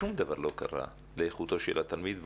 שום דבר לא קרה לאיכותו של התלמיד,